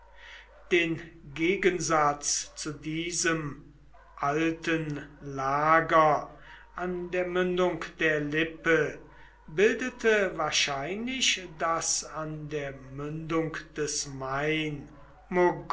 den gegensatz zu diesem alten lager an der mündung der lippe bildete wahrscheinlich das an der mündung des main